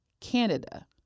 Canada